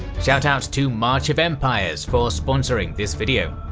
shoutout to march of empires for sponsoring this video!